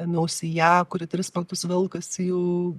ėmiausi ją kuri tris metus velkasi jau